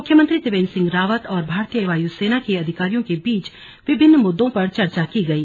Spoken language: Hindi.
मूख्यमंत्री त्रिवेंद्र सिंह रावत और भारतीय वायु सेना के अधिकारियों के बीच विभिन्न मुद्दों पर चर्चा की गई